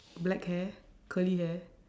black hair curly hair